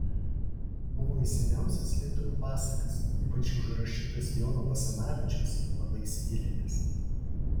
buvo į seniausias lietuvių pasakas ypač į užrašytas jono basanavičiaus labai įsigilinęs